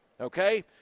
okay